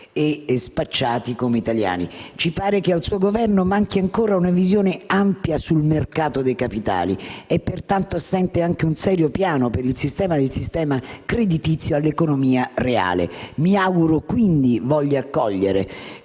e spacciati per italiani. Ci pare che al suo Governo manchi ancora una visione ampia sul mercato dei capitali, ed è assente anche un serio piano per il sistema creditizio all'economia reale. Mi auguro, quindi, che voglia accogliere